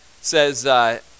says